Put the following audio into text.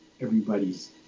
everybody's